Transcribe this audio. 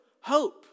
hope